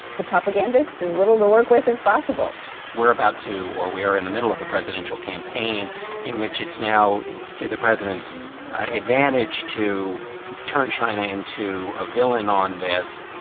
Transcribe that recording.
the propagandists as little to work with as possible we're about to or we are in the middle of a presidential campaign in which it's now to the president's advantage to turn china into a villain on this.